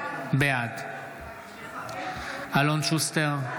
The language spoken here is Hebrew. בעד אלון שוסטר,